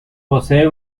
posee